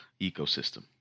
ecosystem